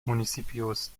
municipios